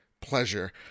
pleasure